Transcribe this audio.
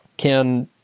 can,